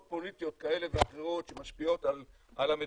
פוליטיות כאלה ואחרות שמשפיעות על המדיניות.